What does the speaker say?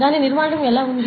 దాని నిర్మాణం ఎలా ఉంది